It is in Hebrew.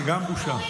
גם בושה.